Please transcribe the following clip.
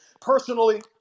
personally